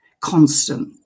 constant